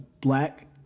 black